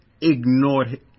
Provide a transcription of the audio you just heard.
ignored